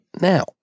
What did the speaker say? now